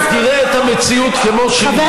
ואל תיתמם, ותראה את המציאות כמו שהיא.